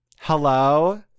Hello